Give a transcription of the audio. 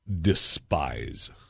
despise